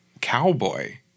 cowboy